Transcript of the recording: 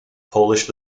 polish